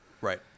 Right